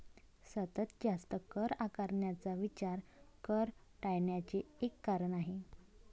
सतत जास्त कर आकारण्याचा विचार कर टाळण्याचे एक कारण आहे